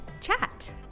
chat